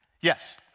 Yes